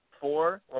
four